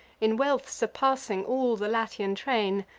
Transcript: in wealth surpassing all the latian train,